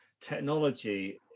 technology